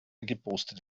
gepostet